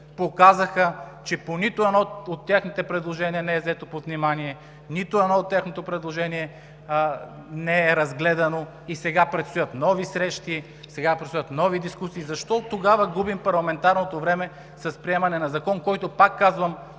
показаха, че нито едно от техните предложения не е взето под внимание, нито едно от техните предложения не е разгледано и сега предстоят нови срещи, нови дискусии. Защо тогава губим парламентарното време с приемане на закон, който, пак казвам,